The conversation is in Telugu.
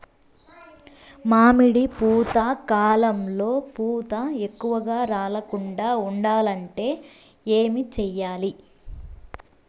మామిడి పూత కాలంలో పూత ఎక్కువగా రాలకుండా ఉండాలంటే ఏమి చెయ్యాలి?